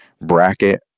bracket